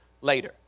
later